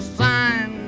sign